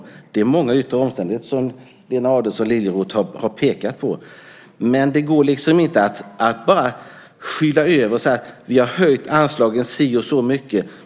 Det beror på många yttre omständigheter, som Lena Adelsohn Liljeroth har pekat på. Men det går liksom inte att bara skyla över och säga: Vi har höjt anslagen si och så mycket.